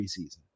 preseason